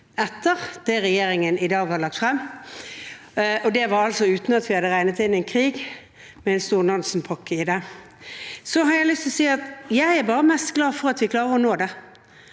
etter det regjeringen i dag har lagt frem. Det var altså uten at vi hadde regnet inn en krig og en stor Nansen-pakke i det. Jeg har lyst til å si at jeg mest bare er glad for at vi klarer å nå det,